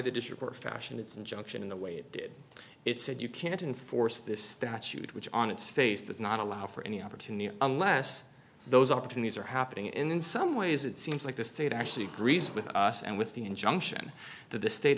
were fashioned its injunction in the way it did it said you can't enforce this statute which on its face does not allow for any opportunity unless those opportunities are happening in some ways it seems like the state actually agrees with us and with the injunction that the state